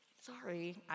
sorry